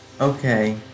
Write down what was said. Okay